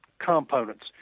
components